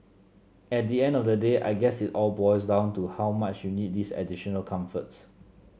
at the end of the day I guess it all boils down to how much you need these additional comforts